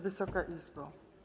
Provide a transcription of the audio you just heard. Wysoka Izbo!